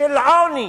של עוני